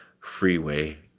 Freeway